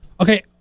Okay